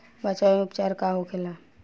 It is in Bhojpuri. बचाव व उपचार का होखेला?